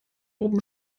oben